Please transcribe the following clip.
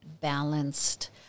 balanced